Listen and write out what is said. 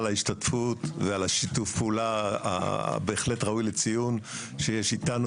על ההשתתפות ועל שיתוף הפעולה שבהחלט ראוי לציון שיש איתנו,